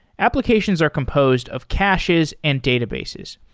applications are composed of caches and databases.